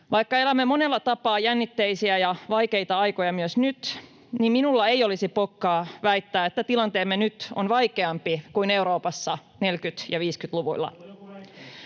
Vaikka elämme monella tapaa jännitteisiä ja vaikeita aikoja myös nyt, niin minulla ei olisi pokkaa väittää, että tilanteemme nyt on vaikeampi kuin Euroopassa 1940- ja 1950-luvuilla.